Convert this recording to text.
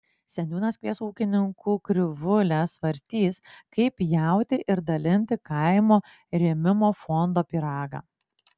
seniūnas kvies ūkininkų krivūlę svarstys kaip pjaustyti ir dalinti kaimo rėmimo fondo pyragą